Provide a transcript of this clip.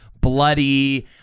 bloody